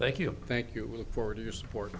thank you thank you for your support